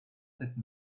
cette